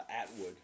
Atwood